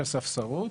של הספסרות.